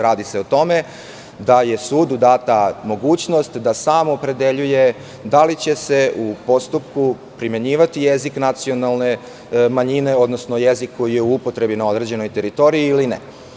Radi se o tome da je sudu data mogućnost da sam opredeljuje da li će se u postupku primenjivati jezik nacionalne manjine, odnosno jezik koji je u upotrebi na određenoj teritoriji ili ne.